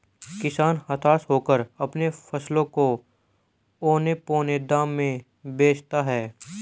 किसान हताश होकर अपने फसलों को औने पोने दाम में बेचता है